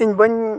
ᱤᱧ ᱵᱟᱹᱧ